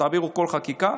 תעבירו כל חקיקה,